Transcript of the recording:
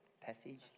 passage